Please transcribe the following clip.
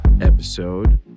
episode